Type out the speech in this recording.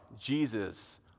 Jesus